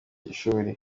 ishuri